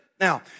Now